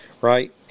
right